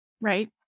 right